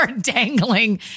dangling